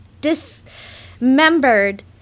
dismembered